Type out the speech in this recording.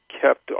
kept